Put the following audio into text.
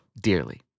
dearly